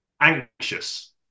anxious